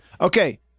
Okay